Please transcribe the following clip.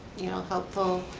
you know, helpful,